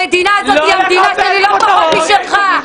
המדינה הזאת היא המדינה שלי לא פחות משלך.